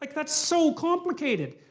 like that's so complicated!